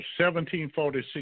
1746